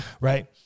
right